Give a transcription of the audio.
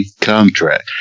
contract